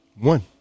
One